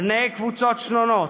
בני קבוצות שונות,